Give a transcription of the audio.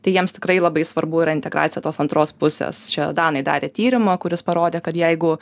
tai jiems tikrai labai svarbu yra integracija tos antros pusės čia danai darė tyrimą kuris parodė kad jeigu